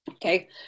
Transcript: Okay